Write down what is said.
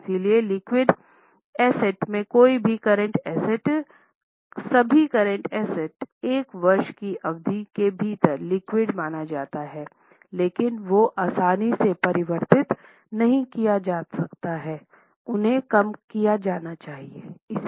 इसीलिएलिक्विड asset में कोई भी करंट एसेट सभी करंट एसेट 1 वर्ष की अवधि के भीतर लिक्विड माना जाता है लेकिन जो आसानी से परिवर्तित नहीं किए जा सकते हैं उन्हें कम किया जाना चाहिए